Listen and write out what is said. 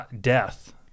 death